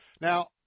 Now